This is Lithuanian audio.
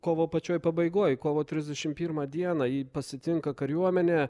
kovo pačioj pabaigoj kovo trisdešim pirmą dieną jį pasitinka kariuomenė